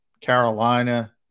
Carolina